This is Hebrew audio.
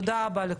תודה רבה לכולכם.